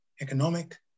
economic